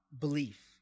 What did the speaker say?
belief